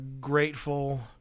grateful